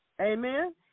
Amen